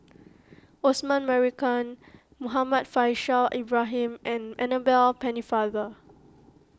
Osman Merican Muhammad Faishal Ibrahim and Annabel Pennefather